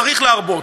צריך להרבות,